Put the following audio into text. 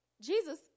Jesus